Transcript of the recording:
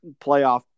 playoff